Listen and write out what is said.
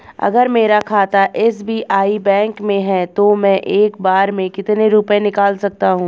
अगर मेरा खाता एस.बी.आई बैंक में है तो मैं एक बार में कितने रुपए निकाल सकता हूँ?